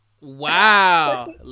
Wow